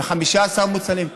15 מוצרים.